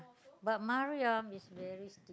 but Mariam is very stingy